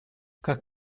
как